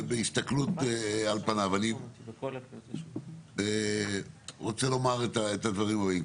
בהסתכלות על פניו אני רוצה לומר את הדברים הבאים.